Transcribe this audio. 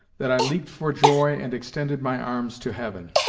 that i leaped for joy and extended my arms to heaven.